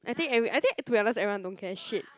I think every I think to be honest everyone don't care shit